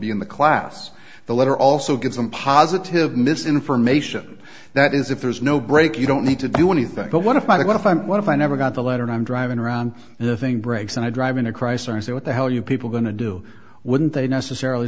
be in the class the letter also gives them positive mis information that is if there's no break you don't need to do anything but what if i want to find what if i never got the letter and i'm driving around and the thing breaks and i drive into chrysler and say what the hell you people going to do wouldn't they necessarily